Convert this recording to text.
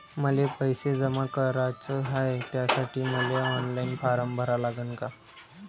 मले पैसे जमा कराच हाय, त्यासाठी मले ऑनलाईन फारम भरा लागन का?